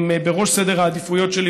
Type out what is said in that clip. הם בראש סדר העדיפויות שלי.